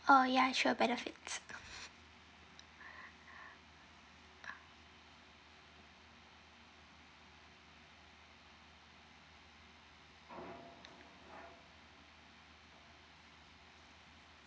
oh ya sure benefits